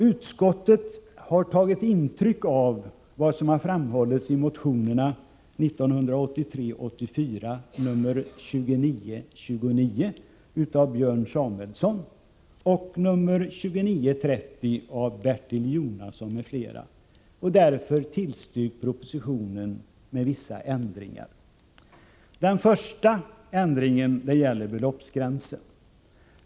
Utskottet har tagit intryck av det som framhållits i motionerna 1983/ 84:2929 av Björn Samuelson och 2930 av Bertil Jonasson m.fl. Man har således tillstyrkt propositionen, med vissa ändringar däri. Den första ändringen gäller beloppsgränsen.